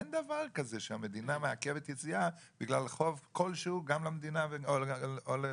אין דבר כזה שהמדינה מעכבת יציאה בגלל חוב כלשהו גם למדינה או לאזרחים.